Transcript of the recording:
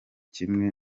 kimwe